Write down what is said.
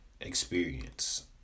experience